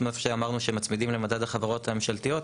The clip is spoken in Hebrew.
איפה שאמרנו שמצמידים למדד החברות הממשלתיות,